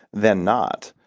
than not.